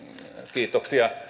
kiitoksia